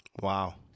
Wow